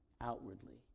outwardly